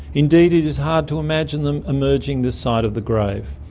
indeed it is hard to imagine them emerging this side of the grave.